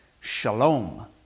shalom